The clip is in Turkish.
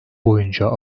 boyunca